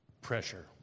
pressure